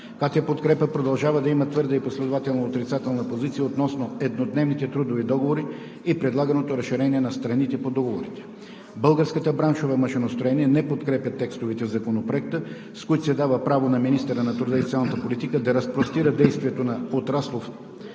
КТ „Подкрепа“ продължава да има твърда и последователна отрицателна позиция относно еднодневните трудови договори и предлаганото разширение на страните по договорите. Българската браншова камара „Машиностроене“ не подкрепя текстовете в Законопроекта, с които се дава право на министъра на труда и социалната политика да разпростира действието на отраслов/браншов